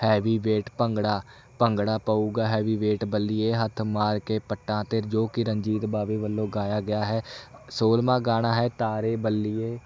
heavy weight bhangra bhangra ਪਊਗਾ heavy weight ਬੱਲੀਏ ਹੱਥ ਮਾਰ ਕੇ ਪੱਟਾਂ 'ਤੇ ਜੋ ਕਿ ਰਣਜੀਤ ਬਾਵੇ ਵੱਲੋਂ ਗਾਇਆ ਗਿਆ ਹੈ ਸੋਲ੍ਹਵਾਂ ਗਾਣਾ ਹੈ ਤਾਰੇ ਬੱਲੀਏ